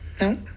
No